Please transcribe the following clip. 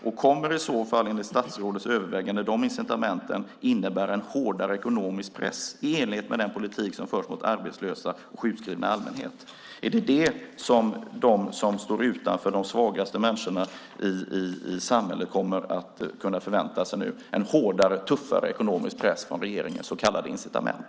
Och kommer i så fall, enligt statsrådets överväganden, de incitamenten att innebära en hårdare ekonomisk press i enlighet med den politik som förs mot arbetslösa och sjukskrivna i allmänhet? Är det det som de som står utanför, de svagaste människorna i samhället, kommer att kunna förvänta sig nu, en hårdare tuffare ekonomisk press från regeringens så kallade incitament?